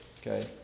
Okay